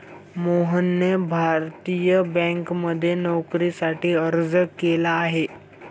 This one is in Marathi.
मोहनने भारतीय बँकांमध्ये नोकरीसाठी अर्ज केला आहे